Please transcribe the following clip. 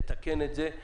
לתקן את זה,